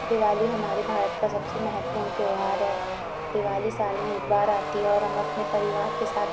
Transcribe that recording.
दिवाली हमारे भारत का सबसे महत्वपूर्ण त्यौहार है दिवाली साल में एक बार आती है और हम अपने परिवार के साथ मनाते हैं